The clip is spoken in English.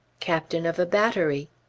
captain of a battery.